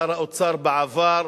שר האוצר בעבר.